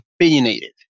opinionated